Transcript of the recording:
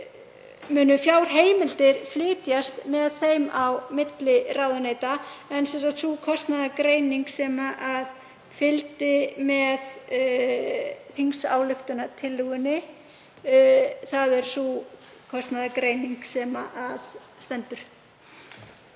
munu fjárheimildir flytjast með þeim á milli ráðuneyta. En sú kostnaðargreining sem fylgdi með þingsályktunartillögunni er sú kostnaðargreining sem stendur.